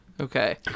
Okay